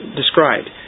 described